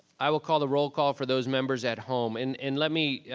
i will call the roll call for those members at home and and let me, yeah